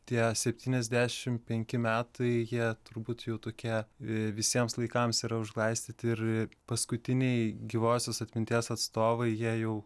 tie septyniasdešimt penki metai jie turbūt jau tokie visiems laikams yra užglaistyti ir paskutiniai gyvosios atminties atstovai jau